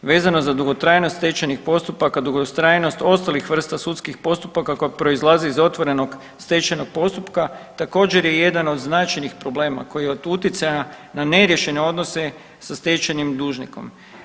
Vezano za dugotrajnost stečajnih postupaka, dugotrajnost ostalih vrsta sudskih postupaka koje proizlazi iz otvorenog stečajnog postupka također je jedan od značajnih problema koji je od utjecaja na neriješene odnose sa stečajnim dužnikom.